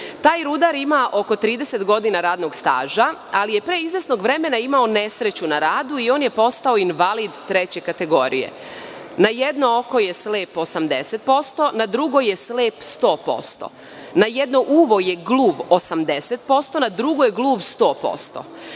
Taj rudar ima oko 30 godina radnog staža, ali je pre izvesnog vremena imao nesreću na radu i on je postao invalid treće kategorije. Na jedno oko je slep 80%, na drugo je slep 100%. Na jedno uvo je gluv 80%, a na drugo je gluv 100%.